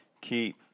Keep